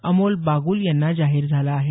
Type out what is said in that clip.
अमोल बागुल यांना जाहीर झाला आहे